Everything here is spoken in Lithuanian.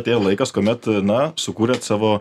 atėjo laikas kuomet na sukūrėt savo